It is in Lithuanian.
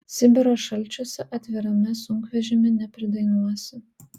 sibiro šalčiuose atvirame sunkvežimy nepridainuosi